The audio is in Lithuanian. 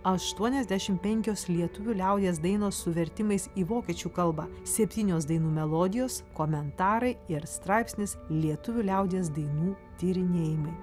aštuoniasdešim penkios lietuvių liaudies dainos su vertimais į vokiečių kalbą septynios dainų melodijos komentarai ir straipsnis lietuvių liaudies dainų tyrinėjimai